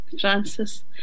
Francis